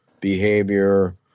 behavior